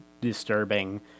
disturbing